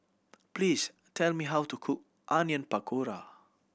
please tell me how to cook Onion Pakora